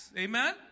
Amen